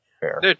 Fair